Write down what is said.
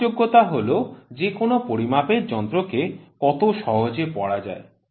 পাঠযোগ্যতা হল যে কোন পরিমাপের যন্ত্রকে কত সহজে পড়া যায়